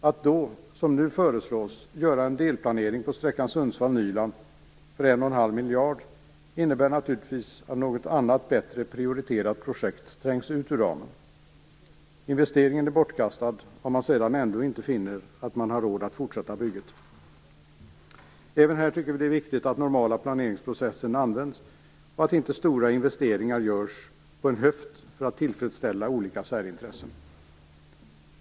Att då, som nu föreslås, göra en delplanering på sträckan Sundsvall-Nyland för en och en halv miljarder innebär naturligtvis att något annat bättre prioriterat projekt trängs ur ramen. Investeringen är bortkastad om man sedan ändå finner att man inte har råd att fortsätta bygget. Även här tycker vi det är viktigt att den normala planeringsprocessen används och att inte stora investeringar görs på en höft för att tillfredsställa olika särintressen.